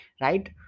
right